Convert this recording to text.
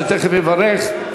שתכף יברך.